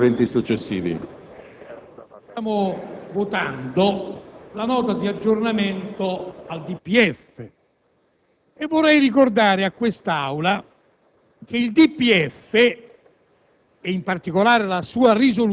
Sono arrivati un po' tardi, però l'importante è che abbiano rilevato che il nostro contributo, anche secondo loro, è utile.